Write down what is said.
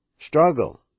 Struggle